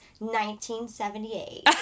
1978